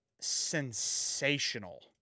sensational